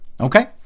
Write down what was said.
Okay